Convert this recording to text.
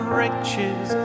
riches